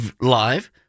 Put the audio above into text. live